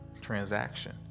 transaction